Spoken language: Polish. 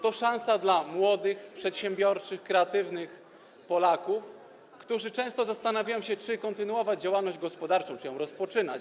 To szansa dla młodych, przedsiębiorczych, kreatywnych Polaków, którzy często zastanawiają się, czy kontynuować działalność gospodarczą, czy ją w ogóle rozpoczynać.